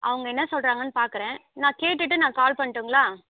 அவங்க என்னா சொல்லுறாங்கன்னு பார்க்கறேன் நான் கேட்டுவிட்டு நான் கால் பண்ணடுங்களா